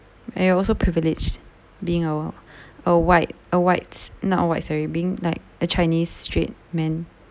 and you're also privileged being a a white a white not white sorry being like a chinese straight man